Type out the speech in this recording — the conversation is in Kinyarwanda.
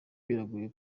biragoye